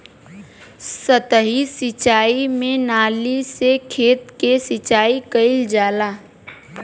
सतही सिंचाई में नाली से खेत के सिंचाई कइल जाला